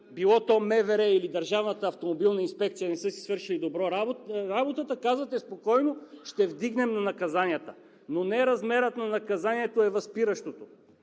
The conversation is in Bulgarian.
било то МВР или Държавната автомобилна инспекция, не са си свършили добре работата, казвате: „Спокойно, ще вдигнем наказанията!“ Но не размерът на наказанието е възпиращото,